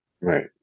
right